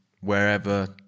wherever